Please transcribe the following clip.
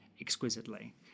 exquisitely